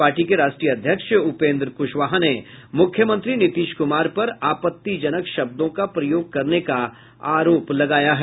party के राष्ट्रीय अध्यक्ष उपेन्द्र कृशवाहा ने मुख्यमंत्री नीतीश कुमार पर आपत्तिजनक शब्दों का प्रयोग करने का आरोप लगाया है